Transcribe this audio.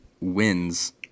wins